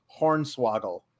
Hornswoggle